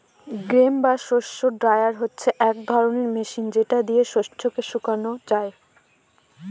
grain বা শস্য dryer হচ্ছে এক রকমের মেশিন যেটা দিয়ে শস্যকে শুকানো যায়